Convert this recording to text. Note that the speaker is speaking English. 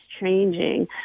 changing